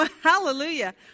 hallelujah